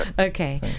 okay